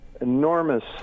enormous